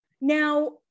now